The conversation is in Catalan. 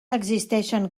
existeixen